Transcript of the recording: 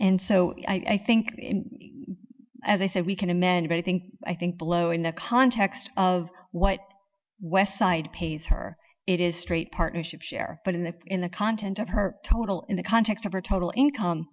and so i think as i said we can amend but i think i think below in the context of what westside pays her it is straight partnership share but in the in the content of her total in the context of her total income